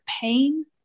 pain